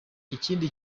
ikindi